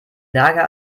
nager